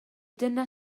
dyna